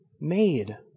Made